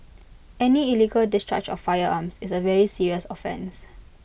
any illegal discharge of firearms is A very serious offence